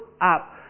up